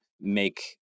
make